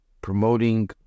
promoting